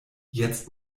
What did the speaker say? jetzt